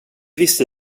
visste